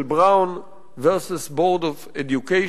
של Brown versus Board of Education,